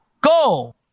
Go